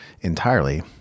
entirely